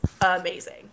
amazing